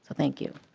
thank you.